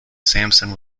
sampson